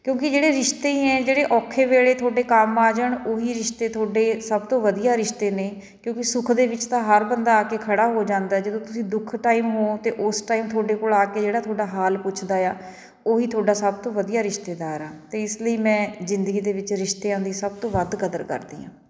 ਕਿਉਂਕਿ ਜਿਹੜੇ ਰਿਸ਼ਤੇ ਹੈ ਜਿਹੜੇ ਔਖੇ ਵੇਲੇ ਤੁਹਾਡੇ ਕੰਮ ਆ ਜਾਣ ਉਹੀ ਰਿਸ਼ਤੇ ਤੁਹਾਡੇ ਸਭ ਤੋਂ ਵਧੀਆ ਰਿਸ਼ਤੇ ਨੇ ਕਿਉਂਕਿ ਸੁੱਖ ਦੇ ਵਿੱਚ ਤਾਂ ਹਰ ਬੰਦਾ ਆ ਕੇ ਖੜਾ ਹੋ ਜਾਂਦਾ ਜਦੋਂ ਤੁਸੀਂ ਦੁੱਖ ਟਾਈਮ ਹੋ ਅਤੇ ਉਸ ਟਾਈਮ ਤੁਹਾਡੇ ਕੋਲ ਆ ਕੇ ਜਿਹੜਾ ਤੁਹਾਡਾ ਹਾਲ ਪੁੱਛਦਾ ਹੈ ਉਹੀ ਤੁਹਾਡਾ ਸਭ ਤੋਂ ਵਧੀਆ ਰਿਸ਼ਤੇਦਾਰ ਹਾਂ ਅਤੇ ਇਸ ਲਈ ਮੈਂ ਜ਼ਿੰਦਗੀ ਦੇ ਵਿੱਚ ਰਿਸ਼ਤਿਆਂ ਦੀ ਸਭ ਤੋਂ ਵੱਧ ਕਦਰ ਕਰਦੀ ਹਾਂ